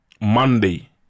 Monday